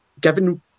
given